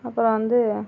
அப்புறம் வந்து